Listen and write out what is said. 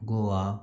Goa